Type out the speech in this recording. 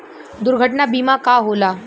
दुर्घटना बीमा का होला?